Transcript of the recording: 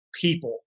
people